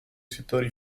settori